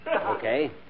Okay